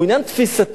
הוא עניין תפיסתי.